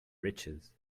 riches